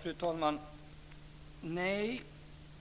Fru talman!